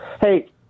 hey